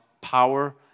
power